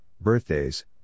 birthdays